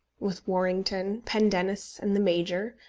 with warrington, pendennis, and the major,